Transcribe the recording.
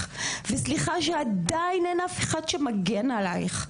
וסליחה שעדיין אין אף אחד שמגן עלייך.